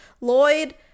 Lloyd